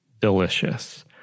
Delicious